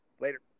Later